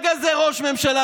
רצח,